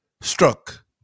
struck